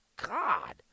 God